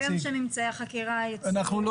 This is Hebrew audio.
אני בטוחה שממצאי החקירה יפורסמו.